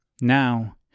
Now